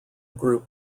group